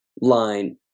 line